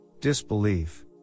disbelief